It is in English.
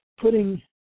putting